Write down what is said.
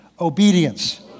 Obedience